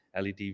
LED